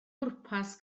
pwrpas